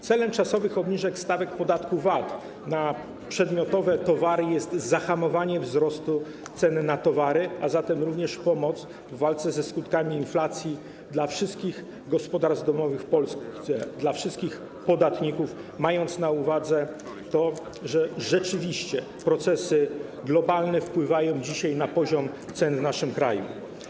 Celem czasowych obniżek stawek w podatku VAT na przedmiotowe towary jest zahamowanie wzrostu ceny na towary, a zatem również pomoc w walce ze skutkami inflacji dla wszystkich gospodarstw domowych w Polsce, dla wszystkich podatników, mając na uwadze to, że rzeczywiście procesy globalne wpływają dzisiaj na poziom cen w naszym kraju.